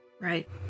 Right